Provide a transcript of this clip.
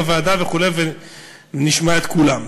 בוועדה וכו' ונשמע את כולם.